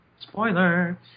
Spoiler